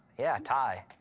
yeah, ty.